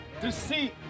deceit